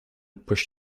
push